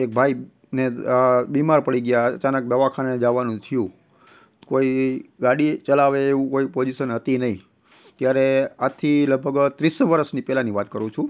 એક ભાઈને બીમાર પડી ગયા અચાનક દવાખાને જવાનું થયું તો કોઈ ગાડી ચલાવે એવું કોઈ પોજીસન હતી નહીં ત્યારે આજથી લગભગ ત્રીસ વરસની પહેલાંની વાત કરું છું